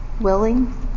willing